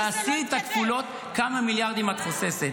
תעשי את הכפולות, כמה מיליארדים את חוסכת.